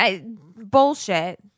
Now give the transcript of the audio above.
bullshit